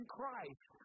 Christ